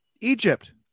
Egypt